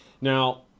Now